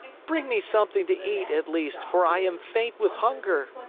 bring me something to eat, at least, for i am faint with hunger.